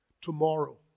Tomorrow